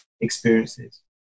experiences